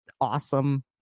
awesome